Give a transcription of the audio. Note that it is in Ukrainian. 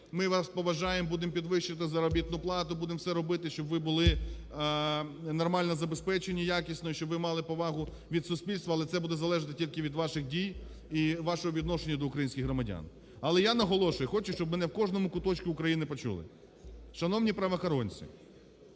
ми вас поважаємо і будемо підвищувати заробітну плату, будемо все робити, щоб ви були нормально забезпечені ,якісно, щоб вони мали повагу від суспільства. Але це буде залежати тільки від ваших дій і вашого відношення до українських громадян. Але я наголошую, і хочу, щоб мене в кожному куточку України почули. Шановні правоохоронці,